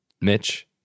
Mitch